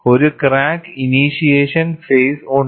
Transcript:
ഒരു crack initiation phase ഉണ്ട്